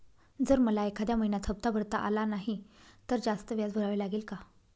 जर मला एखाद्या महिन्यात हफ्ता भरता आला नाही तर जास्त व्याज भरावे लागेल का?